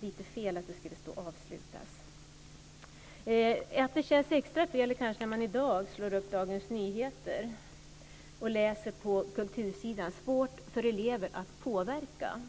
lite fel att det skulle stå "avslutats". Det känns extra fel när man i dag slår upp Dagens Nyheter och läser rubriken "Svårt för elever att påverka".